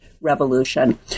revolution